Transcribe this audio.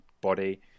body